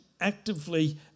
actively